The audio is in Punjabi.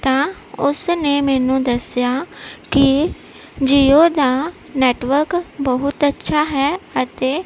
ਤਾਂ ਉਸਨੇ ਮੈਨੂੰ ਦੱਸਿਆ ਕਿ ਜੀਓ ਦਾ ਨੈਟਵਰਕ ਬਹੁਤ ਅੱਛਾ ਹੈ ਅਤੇ